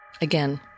Again